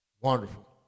Wonderful